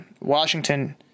Washington